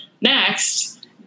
next